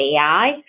AI